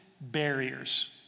barriers